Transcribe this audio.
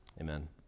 Amen